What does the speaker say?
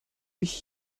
ich